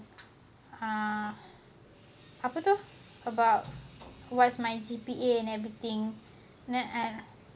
uh apa tu about what's my G_P_A and everything then and